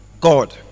God